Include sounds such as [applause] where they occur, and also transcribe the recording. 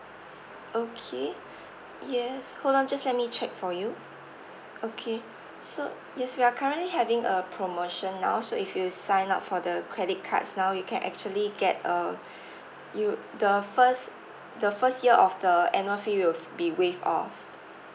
okay yes hold on just let me check for you okay so yes we are currently having a promotion now so if you sign up for the credit cards now you can actually get a [breath] you the first the first year of the annual fee will be waived off